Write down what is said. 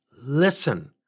listen